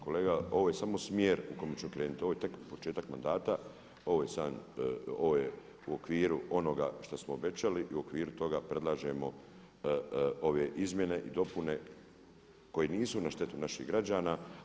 Kolega ovo je samo smjer u kome ću krenuti, ovo je tek početak mandata, ovo je u okviru onoga što smo obećali i u okviru toga predlažemo ove izmjene i dopune koje nisu na štetu naših građana.